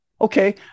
Okay